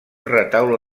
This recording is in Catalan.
retaule